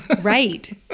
Right